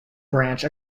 branch